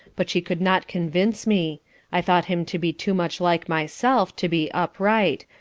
but she could not convince me i thought him to be too much like myself to be upright,